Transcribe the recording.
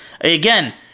Again